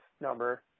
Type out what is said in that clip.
number